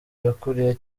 yakuriye